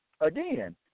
again